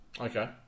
Okay